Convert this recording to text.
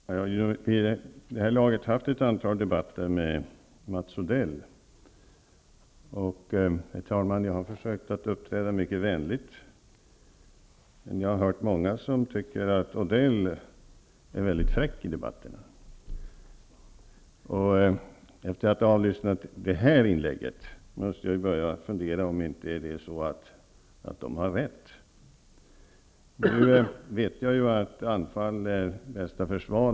Herr talman! Jag har vid det här laget haft ett antal debatter med Mats Odell. Jag har försökt uppträda mycket vänligt, men jag har hört många som tycker att Odell är väldigt fräck i debatterna. Efter att ha avlyssnat hans senaste inlägg måste jag börja fundera på om det inte är så att de har rätt. Nu vet jag ju att anfall är bästa försvar.